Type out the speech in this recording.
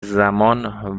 زمان